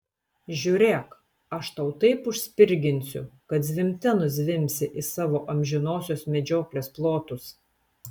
žiūrėk aš tau taip užspirginsiu kad zvimbte nuzvimbsi į savo amžinosios medžioklės plotus